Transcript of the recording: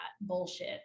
bullshit